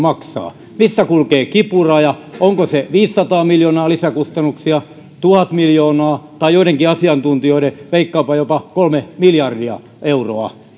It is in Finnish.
maksaa missä kulkee kipuraja onko se viisisataa miljoonaa lisäkustannuksia tuhat miljoonaa vai joidenkin asiantuntijoiden veikkaama jopa kolme miljardia euroa